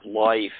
life